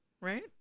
Right